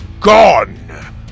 gone